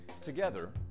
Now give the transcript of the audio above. Together